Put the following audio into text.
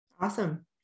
Awesome